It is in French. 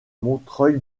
montreuil